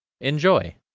Enjoy